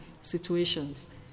situations